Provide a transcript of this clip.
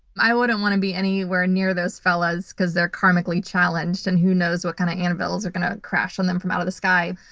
i wouldn't want to be anywhere near those fellows because they're karmically challenged and who knows what kind of animals are going to crash on them from out of the sky.